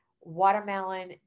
watermelon